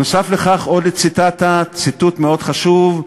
עוד ציטטה, ציטוט מאוד חשוב,